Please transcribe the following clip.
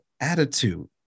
attitude